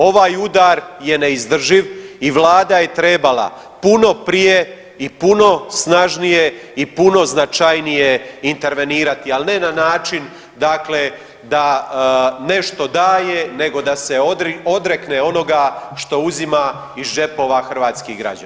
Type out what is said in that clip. Ovaj udar je neizdrživ i vlada je trebala puno prije i puno snažnije i puno značajnije intervenirati, ali ne na način dakle da nešto daje nego da se odrekne onoga što uzima iz džepova hrvatskih građana.